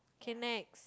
K next